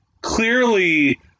clearly